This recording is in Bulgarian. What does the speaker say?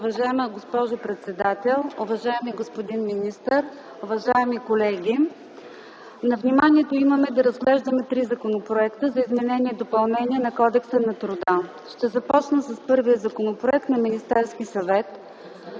Уважаема госпожо председател, уважаеми господин министър, уважаеми колеги! На нашето внимание имаме да разглеждаме три законопроекта за изменение и допълнение на Кодекса на труда. Ще започна с първия законопроект на Министерския съвет.